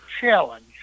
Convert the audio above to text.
challenge